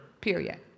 period